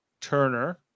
Turner